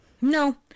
no